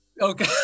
okay